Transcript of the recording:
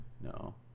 No